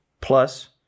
plus